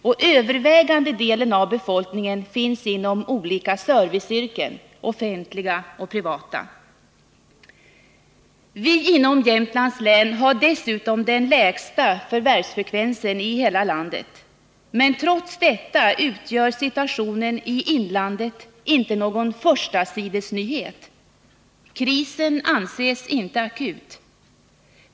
Och övervägande delen av befolkningen finns inom olika serviceyrken — offentliga och privata. Jämtlands län har dessutom den lägsta förvärvsfrekvensen i hela landet. Men trots detta utgör situationen i inlandet inte någon förstasidesnyhet. Krisen anses inte akut.